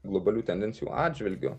globalių tendencijų atžvilgiu